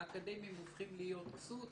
האקדמיים הופכים להיות כסות.